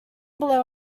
below